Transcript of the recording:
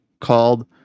called